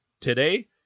today